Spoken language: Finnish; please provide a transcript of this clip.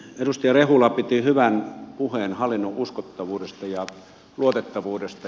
edustaja rehula piti hyvän puheen hallinnon uskottavuudesta ja luotettavuudesta